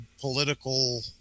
political